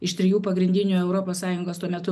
iš trijų pagrindinių europos sąjungos tuo metu